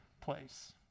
place